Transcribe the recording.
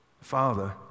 father